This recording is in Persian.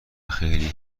خیلی